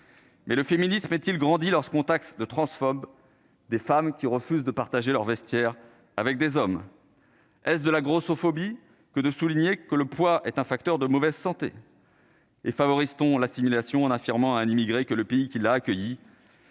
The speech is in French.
Mais le féminisme est il grandit lorsqu'on taxe de transphobes des femmes qui refusent de partager leur vestiaire avec des hommes est-ce de la grossophobie que de souligner que le poids est un facteur de mauvaise santé. Et favorise-t-on l'assimilation en affirmant à un immigré que le pays qui l'a accueilli.